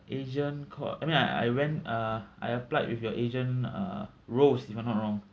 agent cal~ I mean I I went uh I applied with your agent uh rose if I'm not wrong